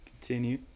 continue